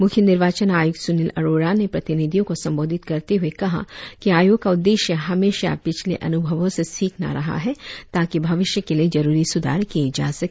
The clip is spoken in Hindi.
मुख्य निर्वाचन आयुक्त सुनील अरोड़ा ने प्रतिनिधियों को संबोधित करते हुए कहा कि आयो का उद्देश्य हमेशा पिछले अनुभवों से सीखना रहा है ताकि भविष्य के लिए जरुरी सुधार किये जा सके